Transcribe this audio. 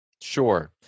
Sure